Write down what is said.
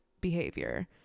behavior